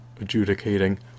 adjudicating